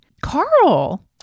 Carl